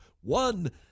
one